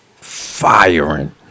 firing